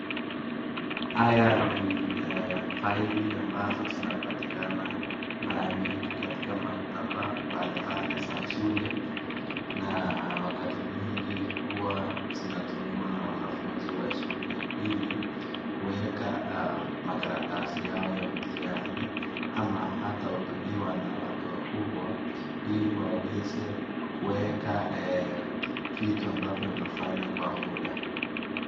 Haya ni faili ambazo zinapatikana mara nyingi katika maktaba mbalimbali za shule, na wakati mwingi huwa zinatumiwa na wanafunzi wa shule hili kuweka makaratasi yao ya mtihani ama hata hutumiwa na watu wakubwa ili waweze kueka vitu ambavyo wamefanya kwa muda.